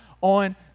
on